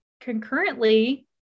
concurrently